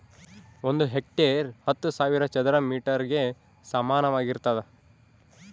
ಒಂದು ಹೆಕ್ಟೇರ್ ಹತ್ತು ಸಾವಿರ ಚದರ ಮೇಟರ್ ಗೆ ಸಮಾನವಾಗಿರ್ತದ